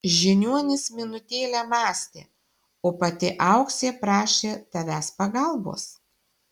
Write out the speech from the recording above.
žiniuonis minutėlę mąstė o pati auksė prašė tavęs pagalbos